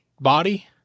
body